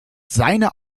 seine